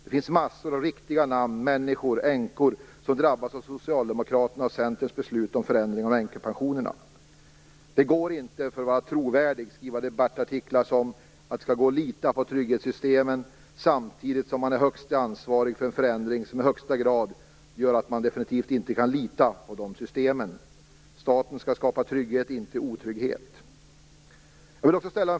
Det finns mängder av riktiga namn, människor, änkor som drabbas av Socialdemokraternas och Centerns beslut om förändring av änkepensionerna. Det går inte om man vill vara trovärdig att skriva debattartiklar om att det skall gå att lita på trygghetssystemen samtidigt som man är högsta ansvarig för en förändring som i högsta grad gör att det definitivt inte går att lita på de systemen. Staten skall skapa trygghet, inte otrygghet.